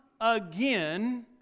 again